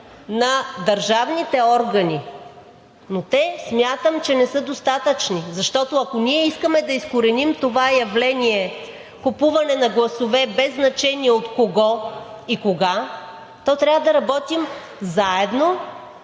на държавните органи, но те смятам, че не са достатъчни. Защото, ако искаме да изкореним това явление – купуване на гласове, без значение от кого и кога, трябва да работим заедно